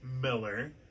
Miller